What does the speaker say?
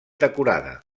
decorada